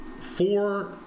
four